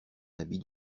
habit